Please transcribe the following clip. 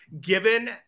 given